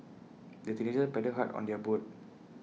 the teenagers paddled hard on their boat